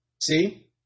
See